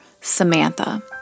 Samantha